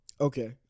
Okay